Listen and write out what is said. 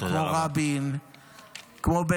כמו רבין,